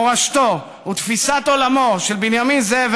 מורשתו ותפיסת עולמו של בנימין זאב